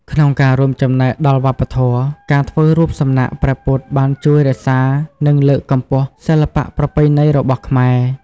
ក្នុងការរួមចំណែកដល់វប្បធម៌ ការធ្វើរូបសំណាកព្រះពុទ្ធបានជួយរក្សានិងលើកកម្ពស់សិល្បៈប្រពៃណីរបស់ខ្មែរ។